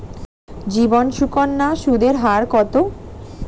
জীবন সুকন্যা সুদের হার কত?